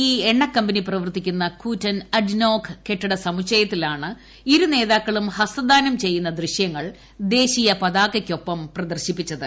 E എണ്ണക്കമ്പനി പ്രവർത്തിക്കുന്ന കൂറ്റൻ അഡ്ീനോക് കെട്ടിട സമുച്ചയത്തിലാണ് ഇരു നേതാക്കളും ഹസ്തദ്ദീനും ചെയ്യുന്ന ദൃശ്യങ്ങൾ ദേശീയ പതാകയോടൊപ്പം പ്രദർശിപ്പിച്ചത്